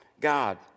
God